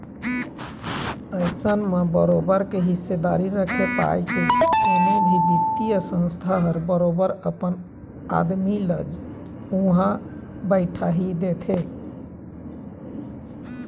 अइसन म बरोबर के हिस्सादारी रखे पाय के कोनो भी बित्तीय संस्था ह बरोबर अपन आदमी ल उहाँ बइठाही देथे